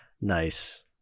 Nice